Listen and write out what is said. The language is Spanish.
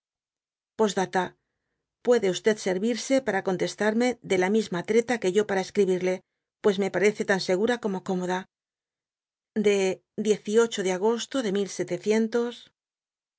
puede servirse para contestarme de la misma treta que yo para escribirle pues me parece tan segura como cómoda de de agosto de